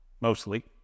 mostly